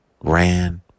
ran